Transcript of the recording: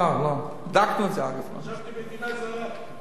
חשבתי במדינה זרה.